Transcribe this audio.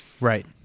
Right